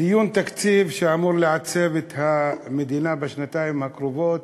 דיון תקציב שאמור לעצב את המדינה בשנתיים הקרובות,